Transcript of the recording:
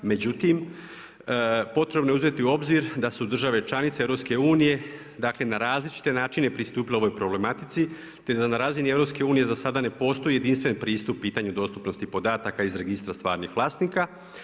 Međutim, potrebno je uzeti u obzir da su države članice EU dakle na različite načine pristupile ovoj problematici te da na razini EU za sada ne postoji jedinstveni pristup pitanju dostupnosti podataka iz registra stvarnih vlasnika.